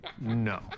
No